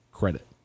credit